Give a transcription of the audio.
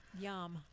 Yum